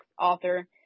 author